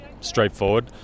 straightforward